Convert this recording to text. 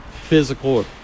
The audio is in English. physical